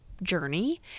journey